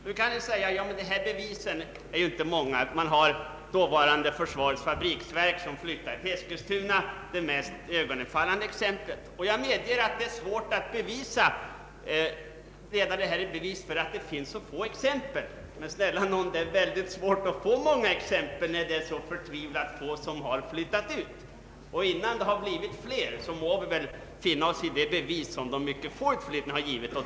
Nu kan det sägas att bevisen inte är många. Försvarets fabriksverk, som flyttade till Eskilstuna, är det mest iögonenfallande exemplet. Jag medger att det är svårt att leda detta i bevis, ty det finns så få exempel. Men det är väldigt svårt att finna många exempel, när det är så förtvivlat få som har flyttat ut. Innan de har blivit fler må vi väl nöja oss med de bevis som de hittills mycket få utflyttningarna givit.